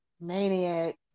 Maniac